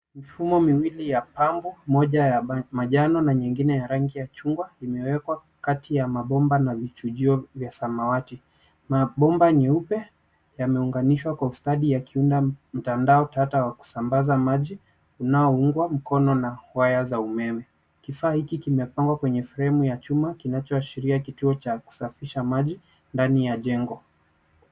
Mifumo miwili ya pango moja ya manjano na nyingine ya rangi ya chungwa imewekwa kati ya mabomba na vioo vya samawati. Mabomba nyeupe yameunganishwa kwa ustadi yakiunda mtandaotata wa kusambaza unaonungwa mkono wa waya za umeme. Kifaa hiki kimepangwa kweye fremu ya ikiashiria kituo cha kusafisha maji ndani ya jengo.